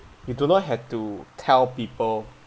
you do not have to tell people